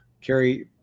Carrie